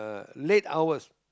uh late hours